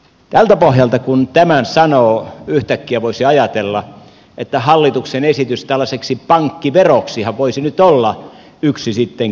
tältä pohjalta kun tämän sanoo yhtäkkiä voisi ajatella että hallituksen esitys tällaiseksi pankkiveroksihan voisi nyt sitten olla yksi käypäinen ratkaisu